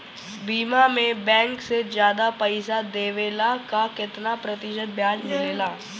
बीमा में बैंक से ज्यादा पइसा देवेला का कितना प्रतिशत ब्याज मिलेला?